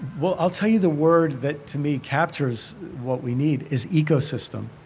well, i'll tell you the word that to me captures what we need is ecosystem.